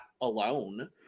alone